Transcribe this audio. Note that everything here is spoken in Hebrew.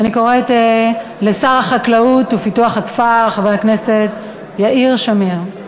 ואני קוראת לשר החקלאות ופיתוח הכפר חבר הכנסת יאיר שמיר.